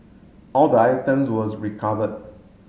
all the items was recovered